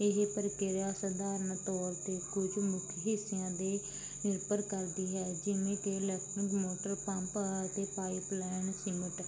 ਇਹ ਪ੍ਰਕਿਰਿਆ ਸਧਾਰਨ ਤੌਰ 'ਤੇ ਕੁਝ ਮੁੱਖ ਹਿੱਸਿਆਂ ਦੇ ਨਿਰਭਰ ਕਰਦੀ ਹੈ ਜਿਵੇਂ ਕਿ ਇਲੈਕਟਰੀਕ ਮੋਟਰ ਪੰਪ ਅਤੇ ਪਾਈਪ ਲੈਨ ਸੀਮੇਂਟ